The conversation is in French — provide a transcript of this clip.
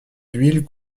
d’huile